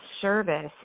service